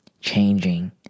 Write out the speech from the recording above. changing